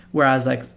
whereas, like,